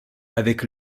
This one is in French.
avec